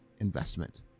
investment